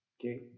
Okay